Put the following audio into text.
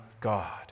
God